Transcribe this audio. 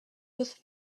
with